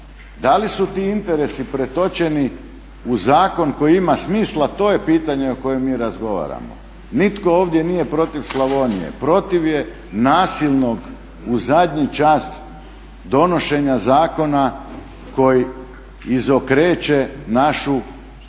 Da li su ti interesi pretočeni u zakon koji ima smisla, to je pitanje o kojem mi razgovaramo. Nitko ovdje nije protiv Slavonije, protiv je nasilnog u zadnji čas donošenja zakona koji izokreće našu stvarnost